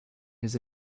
his